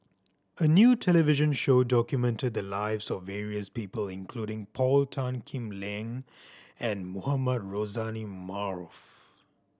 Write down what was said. a new television show documented the lives of various people including Paul Tan Kim Liang and Mohamed Rozani Maarof